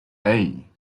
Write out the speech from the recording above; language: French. hey